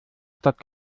stadt